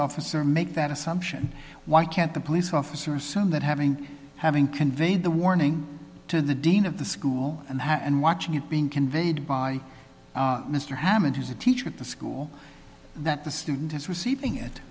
officer make that assumption why can't the police officer assume that having having conveyed the warning to the dean of the school and that and watching it being conveyed by mr hammond who's a teacher at the school that the student is receiving it